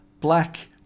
black